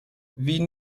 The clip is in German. wie